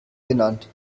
genannt